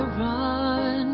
run